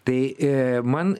tai e man